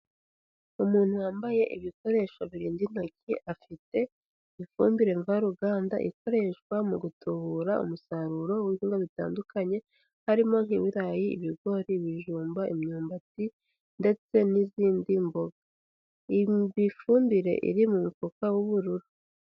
Umuntu wambaye ibikoresho birinda intoki, afite ifumbire mvaruganda ikoreshwa mu gutubura umusaruro w'ibihingwa bitandukanye, harimo nk'ibirayi, ibigori, ibijumba, imyumbati, ndetse n'izindi mboga, ni ifumbire iri mu mufuka w'ubururu.